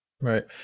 right